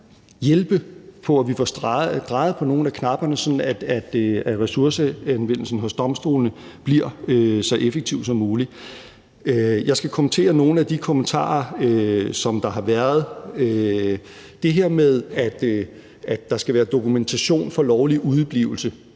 hjælpe på, at vi får drejet på nogle af knapperne, sådan at ressourceanvendelsen hos domstolene bliver så effektiv som muligt. Jeg skal kommentere nogle af de kommentarer, der har været. Det her med, at der skal være dokumentation for lovlig udeblivelse,